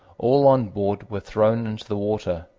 all on board were thrown into the water,